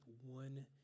one